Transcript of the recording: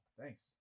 Thanks